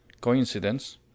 Coincidence